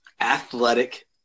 athletic